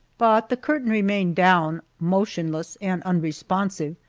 but the curtain remained down, motionless and unresponsive,